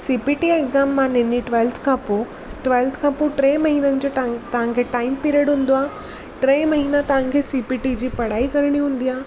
CPT exam माने twelfth खां पोइ ट्वैल्थ खां पोइ टे महीननि जो तव्हांखे टाइम पीरियड हूंदो आहे टे महीने तव्हांखे सीपीटी जी पढ़ाई करिणी हूंदी आहे